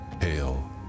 Hail